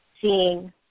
seeing